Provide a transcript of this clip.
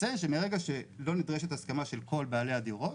יוצא שמרגע שלא נדרשת הסכמה של כל בעלי הדירות,